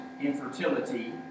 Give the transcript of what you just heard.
infertility